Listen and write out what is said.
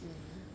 mm